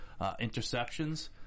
interceptions